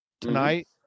tonight